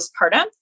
postpartum